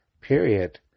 period